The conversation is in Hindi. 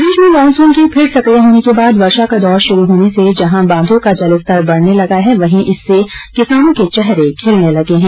प्रदेश में मानसून के फिर सक्रिय होने के बाद वर्षा का दौर शुरु होने से जहां बांधों का जल स्तर बढ़ने लगा है वही इससे किसानों के चेहरे खिलने लगे हैं